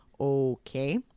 Okay